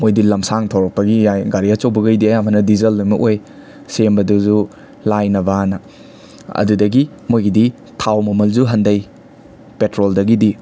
ꯃꯣꯏꯗꯤ ꯂꯝꯁꯥꯡ ꯊꯧꯔꯛꯄꯒꯤ ꯌꯥꯏ ꯒꯥꯔꯤ ꯑꯆꯧꯕꯈꯩꯗꯤ ꯑꯌꯥꯝꯕꯅ ꯗꯤꯖꯜ ꯂꯣꯏꯝꯅꯛ ꯑꯣꯏ ꯁꯦꯝꯕꯗꯁꯨ ꯂꯥꯏꯅꯕꯅ ꯑꯗꯨꯗꯒꯤ ꯃꯣꯏꯒꯤꯗꯤ ꯊꯥꯎ ꯃꯃꯜꯖꯨ ꯍꯟꯗꯩ ꯄꯦꯇ꯭ꯔꯣꯜꯗꯒꯤꯗꯤ